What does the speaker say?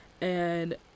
and-